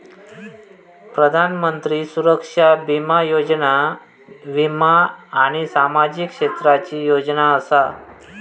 प्रधानमंत्री सुरक्षा बीमा योजना वीमा आणि सामाजिक क्षेत्राची योजना असा